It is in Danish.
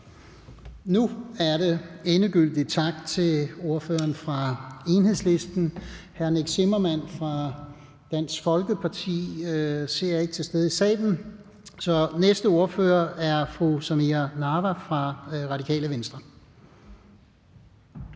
Nu siger vi endegyldigt tak til ordføreren fra Enhedslisten. Hr. Nick Zimmermann fra Dansk Folkeparti ser jeg ikke til stede i salen, så næste ordfører er fru Samira Nawa fra Radikale Venstre.